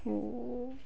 वो